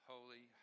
Holy